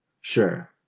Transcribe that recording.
sure